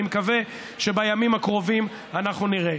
אני מקווה שבימים הקרובים אנחנו נראה.